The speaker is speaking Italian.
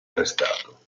arrestato